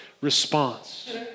response